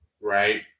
right